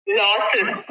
losses